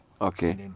Okay